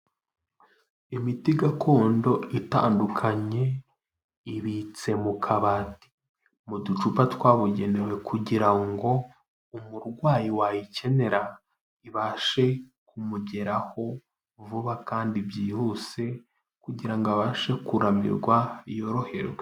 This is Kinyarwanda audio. Imiti gakondo itandukanye, ibitse mu kabati mu ducupa twabugenewe, kugira ngo umurwayi wayikenera ibashe kumugeraho vuba kandi byihuse kugirango abashe kuramirwa, yoroherwe.